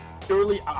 purely